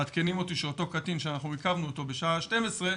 מעדכנים אותי שאותו קטין שאנחנו עיכבנו אותו בשעה 12,